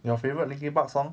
your favourite linkin park song